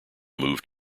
moved